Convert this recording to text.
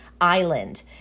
Island